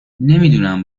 نمیدونم